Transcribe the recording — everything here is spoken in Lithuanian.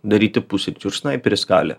daryti pusryčių ir snaiperis kalė